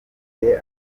huye